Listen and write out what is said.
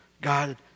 God